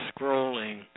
scrolling